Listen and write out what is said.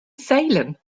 salem